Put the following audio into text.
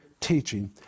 teaching